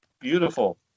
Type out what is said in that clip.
Beautiful